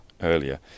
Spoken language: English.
earlier